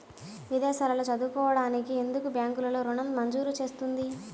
విదేశాల్లో చదువుకోవడానికి ఎందుకు బ్యాంక్లలో ఋణం మంజూరు చేస్తుంది?